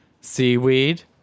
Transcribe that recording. seaweed